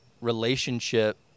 relationship